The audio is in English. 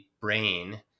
brain